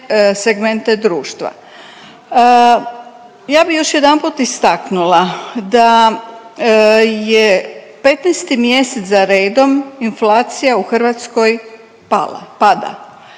Ja bi još jedanput istaknula da je 15-ti mjesec za redom inflacija u Hrvatskoj pala,